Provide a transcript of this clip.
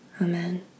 Amen